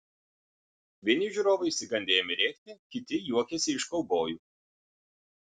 vieni žiūrovai išsigandę ėmė rėkti kiti juokėsi iš kaubojų